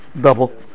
double